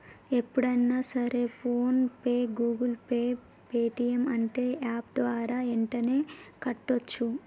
ఎప్పుడన్నా సరే PhonePe Google Pay Paytm అంటే యాప్ ద్వారా యెంటనే కట్టోచ్చు